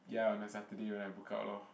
ya on a Saturday when I book out lor